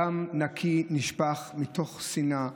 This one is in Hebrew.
דם נקי נשפך מתוך שנאה,